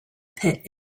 pit